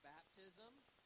Baptism